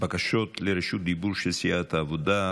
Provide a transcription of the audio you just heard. בקשות לרשות דיבור של קבוצת סיעת העבודה,